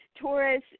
Taurus